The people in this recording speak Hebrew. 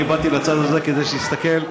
אני באתי לצד הזה כדי שתסתכל,